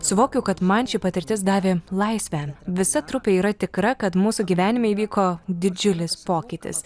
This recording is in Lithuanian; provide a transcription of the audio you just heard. suvokiau kad man ši patirtis davė laisvę visa trupė yra tikra kad mūsų gyvenime įvyko didžiulis pokytis